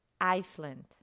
Iceland